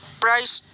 price